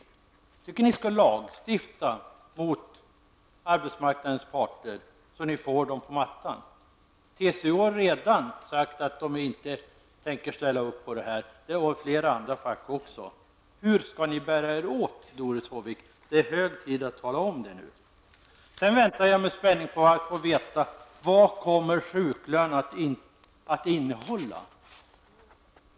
Jag tycker att ni skall lagstifta mot arbetsmarknadens parter så att ni får dem på mattan. TCO har redan sagt att man inte går med på det framlagda förslaget, och det har också flera andra fackförbund gjort. Hur skall ni bära er åt, Doris Håvik? Det är dags att tala om det. Jag väntar med spänning på att få veta vad sjuklönen kommer att innehålla.